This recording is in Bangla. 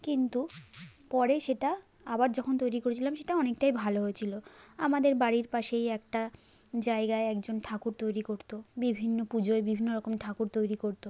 কিন্তু পরে সেটা আবার যখন তৈরি করেছিলাম সেটা অনেকটাই ভালো হয়েছিলো আমাদের বাড়ির পাশেই একটা জায়গায় একজন ঠাকুর তৈরি করতো বিভিন্ন পুজোয় বিভিন্ন রকম ঠাকুর তৈরি করতো